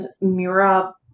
mura